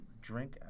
drink